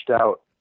out